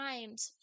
times